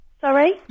Sorry